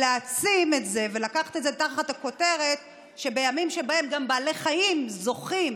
להעצים את זה ולקחת את זה תחת הכותרת שבימים שבהם גם בעלי חיים זוכים